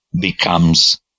becomes